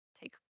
take